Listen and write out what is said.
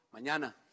mañana